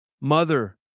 Mother